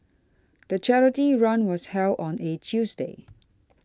the charity run was held on a Tuesday